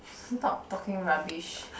stop talking rubbish